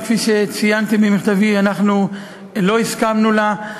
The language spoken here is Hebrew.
וכפי שציינתי במכתבי אנחנו לא הסכמנו לה,